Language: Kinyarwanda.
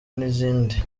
n’izindi